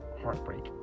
heartbreak